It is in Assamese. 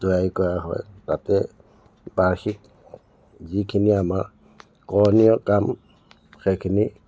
তৈয়াৰি কৰা হয় তাতে বাৰ্ষিক যিখিনি আমাৰ কৰণীয় কাম সেইখিনি